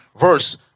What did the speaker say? verse